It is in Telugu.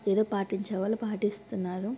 ఏదో పాటించేవాళ్ళు పాటిస్తున్నారు